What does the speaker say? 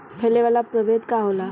फैले वाला प्रभेद का होला?